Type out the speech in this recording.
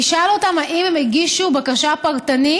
תשאל אותם אם הם הגישו בקשה פרטנית,